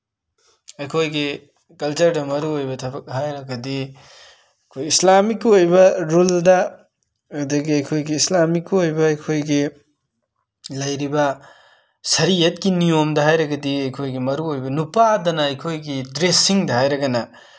ꯑꯩꯈꯣꯏꯒꯤ ꯀꯜꯆꯔꯗ ꯃꯔꯨꯑꯣꯏꯕ ꯊꯕꯛ ꯍꯥꯏꯔꯒꯗꯤ ꯑꯩꯈꯣꯏ ꯏꯁꯂꯥꯃꯤꯛꯀꯤ ꯑꯣꯏꯕ ꯔꯨꯜꯗ ꯑꯗꯒꯤ ꯑꯩꯈꯣꯏꯒꯤ ꯏꯁꯂꯥꯃꯤꯛꯀꯤ ꯑꯣꯏꯕ ꯑꯩꯈꯣꯏꯒꯤ ꯂꯩꯔꯤꯕ ꯁꯔꯤꯌꯠꯀꯤ ꯅꯤꯌꯣꯝꯗ ꯍꯥꯏꯔꯒꯗꯤ ꯑꯩꯈꯣꯏꯒꯤ ꯃꯔꯨꯑꯣꯏꯕ ꯅꯨꯄꯥꯗꯅ ꯑꯩꯈꯣꯏꯒꯤ ꯗ꯭ꯔꯦꯁꯤꯡꯗ ꯍꯥꯏꯔꯒꯅ